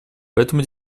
поэтому